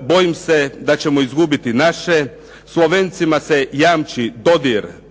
bojim se da ćemo izgubiti naše. Slovencima se jamči dodir,